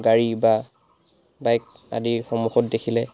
গাড়ী বা বাইক আদি সমুখত দেখিলে